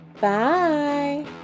bye